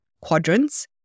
quadrants